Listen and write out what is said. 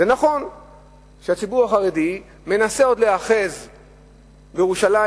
זה נכון שהציבור החרדי מנסה עוד להיאחז בירושלים,